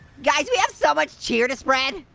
guys, we have so much cheer to spread.